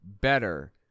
better